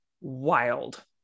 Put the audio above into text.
wild